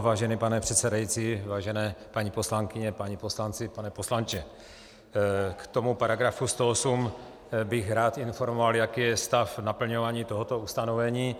Vážený pane předsedající, vážené paní poslankyně, páni poslanci, pane poslanče, k tomu § 108 bych rád informoval, jaký je stav naplňování tohoto ustanovení.